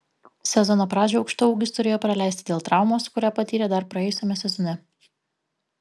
sezono pradžią aukštaūgis turėjo praleisti dėl traumos kurią patyrė dar praėjusiame sezone